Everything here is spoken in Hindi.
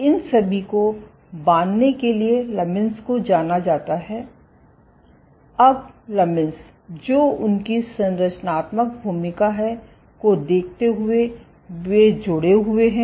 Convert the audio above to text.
इसलिए इन सभी को बाँधने के लिए लमीन्स को जाना जाता है अब लमीन्स जो उनकी संरचनात्मक भूमिका है को देखते हुए वे जुड़े हुए हैं